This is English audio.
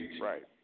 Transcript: Right